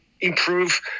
improve